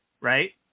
Right